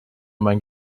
mein